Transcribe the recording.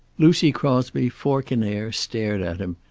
lucy crosby, fork in air, stared at him,